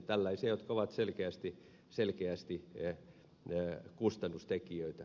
tällaisia asioita jotka ovat selkeästi kustannustekijöitä